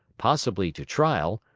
possibly to trial,